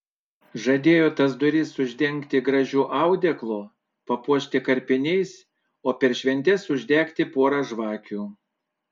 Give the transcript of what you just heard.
žadėjo tas duris uždengti gražiu audeklu papuošti karpiniais o per šventes uždegti porą žvakių